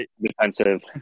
defensive